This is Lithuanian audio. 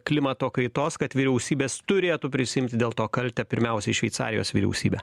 klimato kaitos kad vyriausybės turėtų prisiimti dėl to kaltę pirmiausia šveicarijos vyriausybė